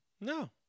No